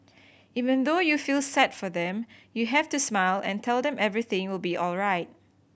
even though you feel sad for them you have to smile and tell them everything will be alright